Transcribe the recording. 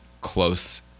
close